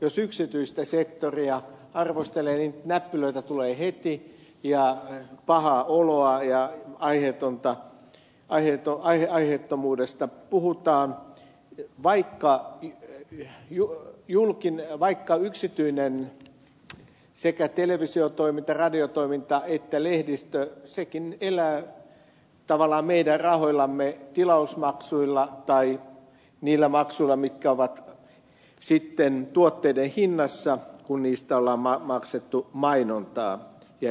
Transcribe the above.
jos yksityistä sektoria arvostelee niin heti tulee näppylöitä ja pahaa oloa ja aiheettomuudesta puhutaan vaikka sekä yksityinen televisiotoiminta radiotoiminta että lehdistökin elää tavallaan meidän rahoillamme tilausmaksuilla tai niillä maksuilla mitkä ovat sitten tuotteiden hinnassa kun niistä on maksettu mainontaa ja ilmoituksia